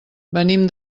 venim